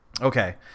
Okay